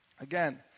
again